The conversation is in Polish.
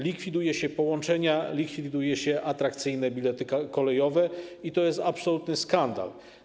Likwiduje się połączenia, likwiduje się atrakcyjne bilety kolejowe i to jest absolutny skandal.